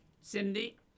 Cindy